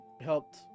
helped